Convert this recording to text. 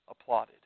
applauded